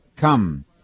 come